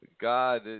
God